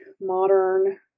modern